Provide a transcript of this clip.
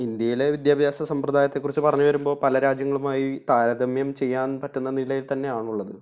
ഇന്ത്യയിലെ വിദ്യാഭ്യാസ സമ്പ്രദായത്തെക്കുറിച്ച് പറഞ്ഞുവരുമ്പോള് പല രാജ്യങ്ങളും ആയി താരതമ്യം ചെയ്യാൻ പറ്റുന്ന നിലയിൽത്തന്നെ ആണുള്ളത്